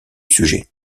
sujet